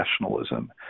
nationalism